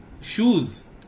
shoes